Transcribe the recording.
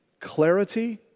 clarity